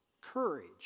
courage